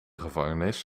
gevangenis